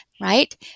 right